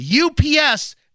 UPS